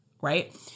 right